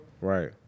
right